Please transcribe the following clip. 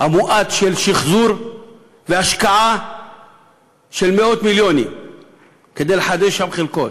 המואץ של שחזור והשקעה של מאות מיליונים כדי לחדש שם חלקות.